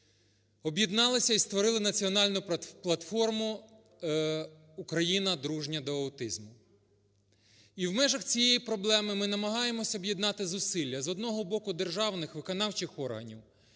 об'єднались і створили національну платформу "Україна дружня до аутизму". І у межах цієї проблеми ми намагаємося об'єднати зусилля, з одного боку, державних, виконавчих органів,